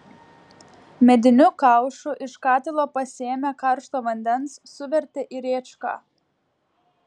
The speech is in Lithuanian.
mediniu kaušu iš katilo pasėmė karšto vandens suvertė į rėčką